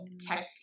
tech